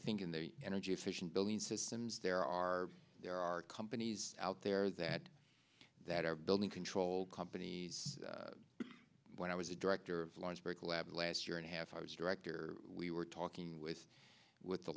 think in the energy efficient building systems there are there are companies out there that that are building controlled companies when i was a director of large brick lab last year and a half i was director we were talking with with the